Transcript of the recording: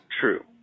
True